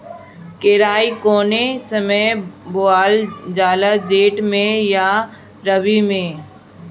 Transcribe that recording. केराई कौने समय बोअल जाला जेठ मैं आ रबी में?